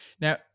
now